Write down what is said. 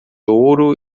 ouro